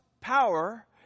power